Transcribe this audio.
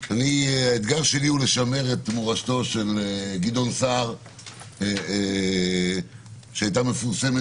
הוא לשמר את מורשתו של גדעון סער שהייתה מפורסמת